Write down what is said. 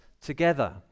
together